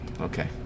Okay